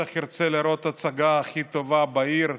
אבל מהי בריאות הציבור ורווחתו אל מול טובת המנהיג העליון